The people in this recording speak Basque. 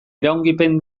iraungipen